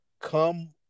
come